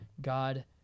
God